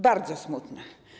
Bardzo smutne.